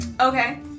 Okay